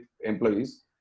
employees